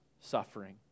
suffering